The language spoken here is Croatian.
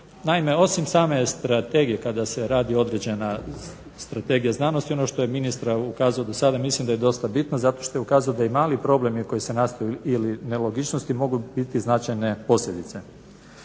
Naime, osim same strategije kada se radi određena strategija znanosti ono što je ministar ukazao do sada mislim a je dosta bitno zato što je ukazao da i mali problem koji nastaju ili nelogičnosti mogu biti značajne posljedice.